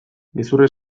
gezurra